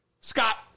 Scott